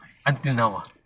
until now ah